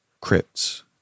crypts